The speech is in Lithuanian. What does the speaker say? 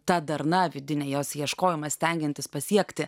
ta darna vidinė jos ieškojimas stengiantis pasiekti